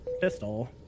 pistol